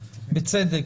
בצדק,